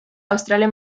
australia